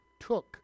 took